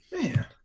Man